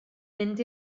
mynd